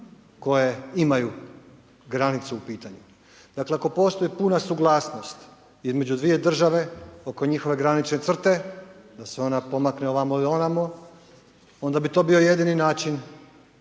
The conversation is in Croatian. koje imaju granicu u pitanju. Dakle, ako postoji puna suglasnost između dvije države, oko njihove granične crte, da se ona pomakne ovamo ili onamo, onda bi to bio jedini način